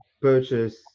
Purchase